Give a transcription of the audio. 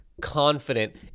confident